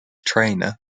trainer